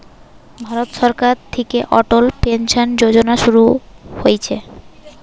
ভারত সরকার থিকে অটল পেনসন যোজনা শুরু হইছে